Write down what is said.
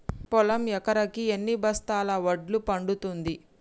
పొలం ఎకరాకి ఎన్ని బస్తాల వడ్లు పండుతుంది?